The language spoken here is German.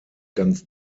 ganz